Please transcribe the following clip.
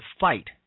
fight